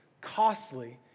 costly